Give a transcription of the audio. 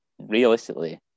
realistically